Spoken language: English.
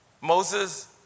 Moses